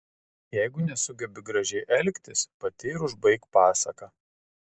jeigu nesugebi gražiai elgtis pati ir užbaik pasaką